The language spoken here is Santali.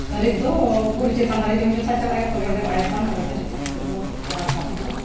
ᱦᱟᱹᱨᱤᱡ ᱫᱚ ᱵᱩᱨᱩ ᱪᱮᱛᱟᱱ ᱦᱟᱹᱨᱤᱡ ᱦᱚᱸᱢ ᱡᱩᱛᱟᱹ ᱪᱟᱞᱟᱜ ᱜᱮᱭᱟ ᱛᱚᱵᱮ ᱚᱸᱰᱮ ᱟᱭᱛᱟᱱᱟ ᱨᱮᱫᱚ ᱡᱩᱛᱟᱹ ᱠᱟᱛᱮ ᱫᱚ ᱨᱟᱠᱟᱵ ᱫᱚ